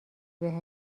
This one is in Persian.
بهم